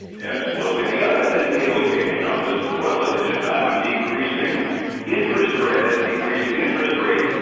absolutely. the other thing implication on this as well as in a time of decreasing interest rate ah decreasing interest rates,